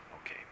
Okay